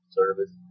service